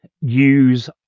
use